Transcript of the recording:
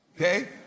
okay